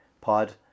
pod